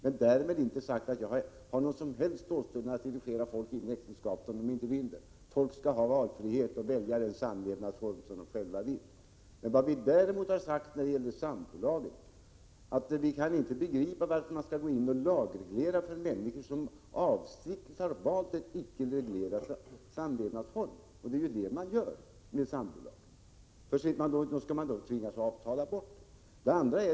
Men därmed är inte sagt att jag har någon som helst åstundan att dirigera människor in i äktenskapet om de inte vill. Folk skall ha valfrihet. De skall få välja den samlevnadsform de själva vill ha. Vi har däremot sagt, när det gäller sambolagen, att vi inte kan begripa varför man skall gå in och lagreglera för människor som avsiktligt har valt en icke reglerad samlevnadsform. Det är ju det man gör med sambolagen. Den som inte vill ha sitt förhållande lagreglerat tvingas avtala bort lagen!